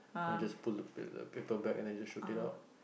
then you just pull the pa~ the paper back and you just shoot it out